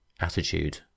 Attitude